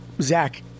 Zach